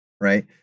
right